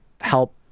help